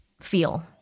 feel